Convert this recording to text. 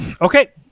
Okay